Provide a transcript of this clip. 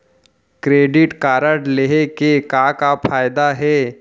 Credit card लेहे के का का फायदा हे?